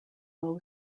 low